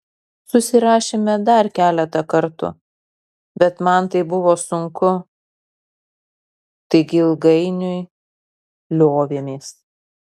susirašėme dar keletą kartų bet man tai buvo sunku taigi ilgainiui liovėmės